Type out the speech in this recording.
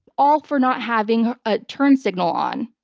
all for not having a turn signal on.